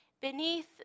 Beneath